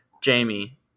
jamie